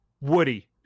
Woody